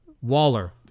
Waller